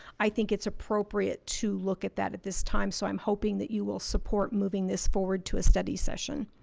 i think it's appropriate to look at that at this time so i'm hoping that you will support moving this forward to a study session